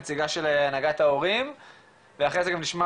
נציגה של הנהגת ההורים ואחרי זה גם נשמע